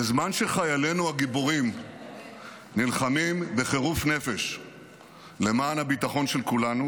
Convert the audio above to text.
בזמן שחיילינו הגיבורים נלחמים בחירוף נפש למען הביטחון של כולנו,